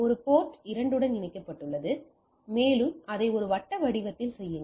ஒரு போர்ட் 2 உடன் இணைக்கப்பட்டுள்ளது மேலும் இதை ஒரு வட்ட வடிவத்தில் செய்யுங்கள்